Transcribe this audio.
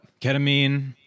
Ketamine